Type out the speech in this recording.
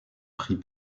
pris